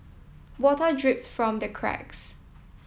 water drips from the cracks